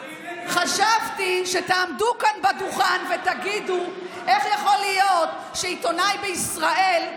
חשבתי שתעמדו כאן על הדוכן ותגידו: איך יכול להיות שעיתונאי בישראל,